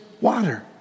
water